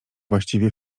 właściwie